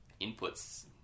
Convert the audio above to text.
inputs